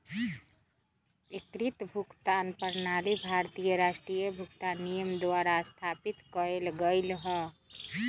एकीकृत भुगतान प्रणाली भारतीय राष्ट्रीय भुगतान निगम द्वारा स्थापित कएल गेलइ ह